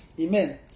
Amen